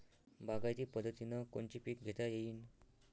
बागायती पद्धतीनं कोनचे पीक घेता येईन?